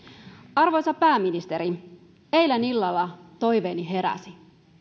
arvoisa pääministeri eilen illalla toiveeni heräsi